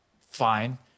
fine